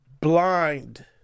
blind